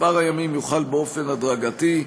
מספר הימים יוחל באופן הדרגתי.